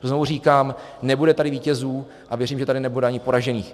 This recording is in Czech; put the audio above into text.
Znovu říkám, nebude tady vítězů, a věřím, že tady nebude ani poražených.